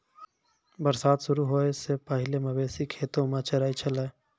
बरसात शुरू होय सें पहिने मवेशी खेतो म चरय छलै